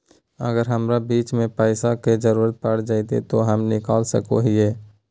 अगर हमरा बीच में पैसे का जरूरत पड़ जयते तो हम निकल सको हीये